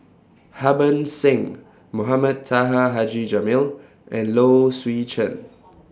Harbans Singh Mohamed Taha Haji Jamil and Low Swee Chen